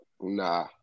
Nah